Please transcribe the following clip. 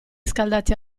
scaldati